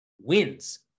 wins